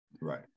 Right